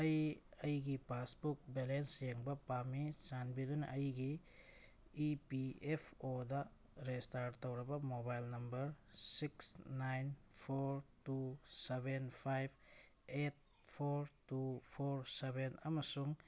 ꯑꯩ ꯑꯩꯒꯤ passbook balance ꯌꯦꯡꯕ ꯄꯥꯝꯃꯤ ꯆꯥꯟꯕꯤꯗꯨꯅ ꯑꯩꯒꯤ E P F O register ꯇꯧꯔꯕ mobile number six nine four two seven five eight four two four seven ꯑꯃꯁꯨꯡ